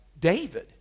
David